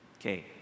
Okay